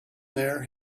there